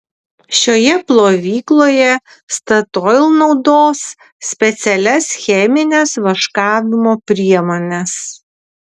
šioje plovykloje statoil naudos specialias chemines vaškavimo priemones